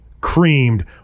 creamed